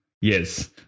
yes